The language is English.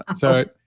ah so,